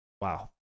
wow